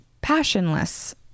passionless